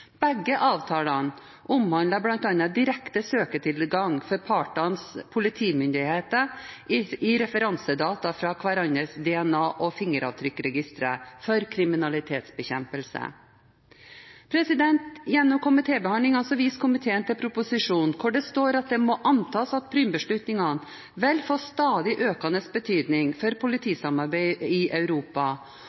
Begge avtalene omhandler bl.a. direkte søketilgang for partenes politimyndigheter i referansedata fra hverandres DNA- og fingeravtrykkregistre for kriminalitetsbekjempelse. Gjennom komitébehandlingen viser komiteen til proposisjonen, hvor det står at det må antas at Prüm-beslutningene vil få stadig økende betydning for politisamarbeidet i Europa,